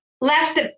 left